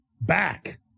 back